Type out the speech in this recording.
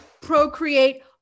procreate